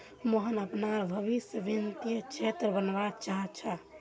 मोहन अपनार भवीस वित्तीय क्षेत्रत बनवा चाह छ